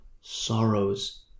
sorrows